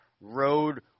road